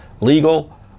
legal